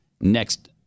Next